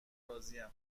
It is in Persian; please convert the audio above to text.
راضیم